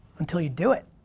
until you do it.